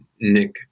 nick